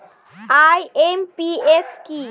IMPS কি?